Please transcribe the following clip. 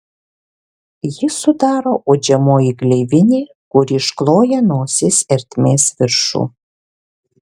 jį sudaro uodžiamoji gleivinė kuri iškloja nosies ertmės viršų